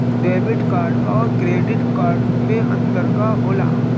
Debit और credit card मे अंतर का होला?